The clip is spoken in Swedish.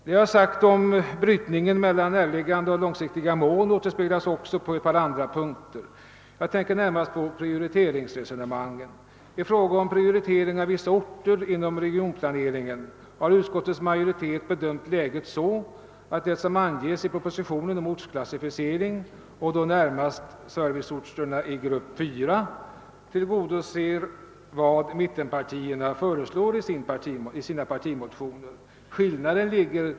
Denna brytning mellan näraliggande och långsiktiga mål återspeglas också på ett par andra punkter. Jag tänker närmast på prioriteringsresonemangen. I fråga om prioriteringar av vissa orter inom regionalplaneringen har utskottets majoritet bedömt läget så att det som anges i propositionen om ortsklassificeringen, närmast beträffande serviceorterna i grupp 4, tillgodoser vad mittenpartierna föreslår i sina partimotioner.